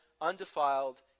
undefiled